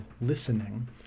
listening